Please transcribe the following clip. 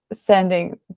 sending